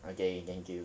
okay thank you